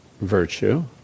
virtue